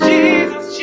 Jesus